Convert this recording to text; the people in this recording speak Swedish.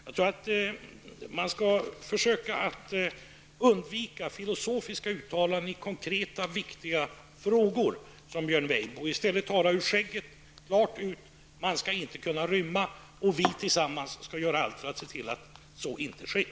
Jag tror att man skall undvika att blanda in filosofiska frågor i konkreta, viktiga frågor, som Björn Weibo gör. I stället skall man tala ur skägget; man skall inte kunna rymma, och vi skall tillsammans göra allt för att så inte sker.